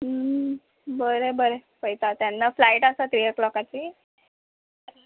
बरें बरें पळयता तेन्ना फ्लायट आसा थ्री ओ क्लॉकाची